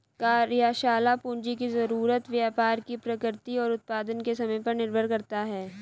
कार्यशाला पूंजी की जरूरत व्यापार की प्रकृति और उत्पादन के समय पर निर्भर करता है